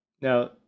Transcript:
Now